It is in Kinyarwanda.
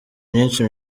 myinshi